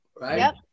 right